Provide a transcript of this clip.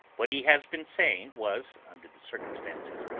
what he has been saying was, under the circumstances,